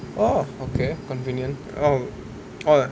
orh okay convenient oh uh